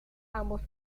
ambos